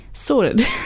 sorted